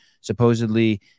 Supposedly